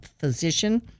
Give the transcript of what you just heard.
physician